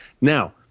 now